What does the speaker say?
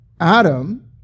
Adam